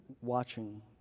watching